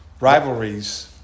Rivalries